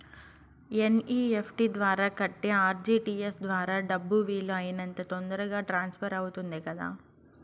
NEFT ద్వారా కంటే RTGS ద్వారా డబ్బు వీలు అయినంత తొందరగా ట్రాన్స్ఫర్ అవుతుంది కదా